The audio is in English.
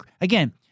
again